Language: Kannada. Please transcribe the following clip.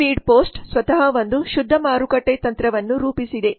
ಸ್ಪೀಡ್ ಪೋಸ್ಟ್ ಸ್ವತಃ ಒಂದು ಶುದ್ಧ ಮಾರುಕಟ್ಟೆ ತಂತ್ರವನ್ನು ರೂಪಿಸಿದೆ